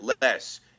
less